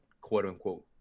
quote-unquote